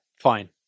fine